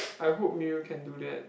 I hope Miru can do that